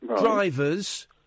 drivers